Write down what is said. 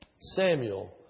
Samuel